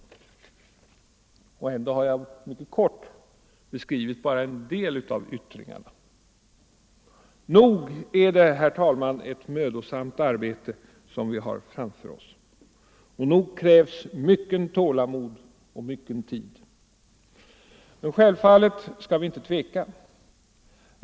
Ändå har jag mycket kort beskrivit bara en del av yttringarna. Nog är det, herr talman, ett mödosamt arbete som vi har framför oss, och nog krävs det mycket tålamod och mycken tid. Självfallet skall vi inte tveka.